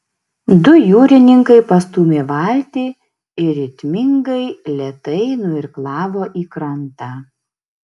du jūrininkai pastūmė valtį ir ritmingai lėtai nuirklavo į krantą